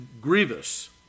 grievous